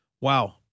Wow